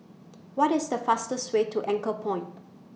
What IS The fastest Way to Anchorpoint